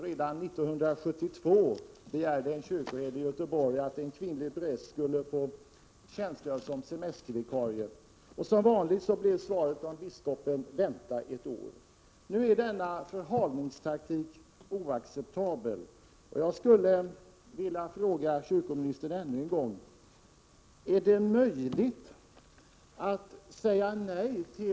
Redan 1972 begärde en kyrkoherde i Göteborg att en kvinnlig präst skulle få tjänstgöra som semestervikarie. Som vanligt blev svaret från biskopen: Vänta ett år! Denna förhalningstaktik är oacceptabel. Jag vill fråga kyrkoministern ännu en gång: Är det möjligt att säga nej til!